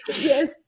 Yes